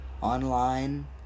online